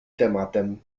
tematem